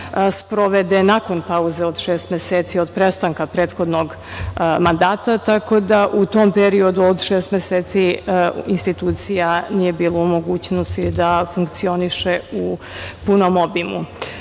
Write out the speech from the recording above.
sprovede nakon pauze od šest meseci od prestanka prethodnog mandata, tako da u tom periodu od šest meseci institucija nije bila u mogućnosti da funkcioniše u punom obimu. Želeći